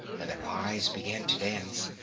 and their eyes began to dance.